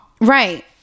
right